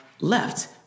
left